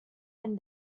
and